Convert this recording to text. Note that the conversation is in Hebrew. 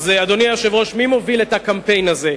אדוני היושב-ראש, מי מוביל את הקמפיין הזה?